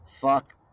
Fuck